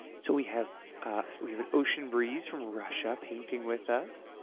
so we have we have an ocean breeze from russia painting with us.